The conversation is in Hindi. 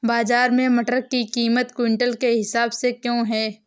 बाजार में मटर की कीमत क्विंटल के हिसाब से क्यो है?